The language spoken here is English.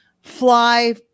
fly